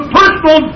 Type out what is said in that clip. personal